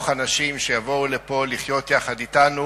אנשים שיבואו לפה לחיות יחד אתנו,